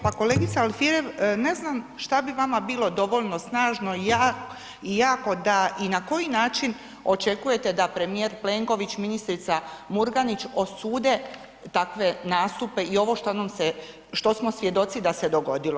Pa kolegice Alfirev ne znam šta bi vama bilo dovoljno snažno i jako da, i na koji način očekujete da premijer Plenković, ministrica Murganić osude takve nastupe i ovo što nam se, što smo svjedoci da se dogodilo.